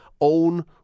own